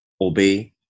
obey